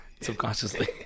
Subconsciously